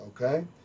okay